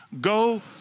Go